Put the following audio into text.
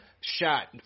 shot